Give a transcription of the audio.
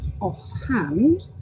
offhand